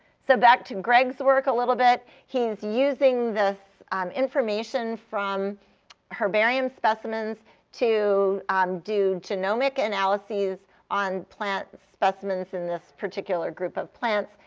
so back to greg's work a little bit. he's using this um information from herbarium specimens to um do genomic analyses on plant specimens in this particular group of plants.